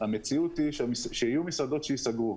המציאות היא שיהיו מסעדות שייסגרו.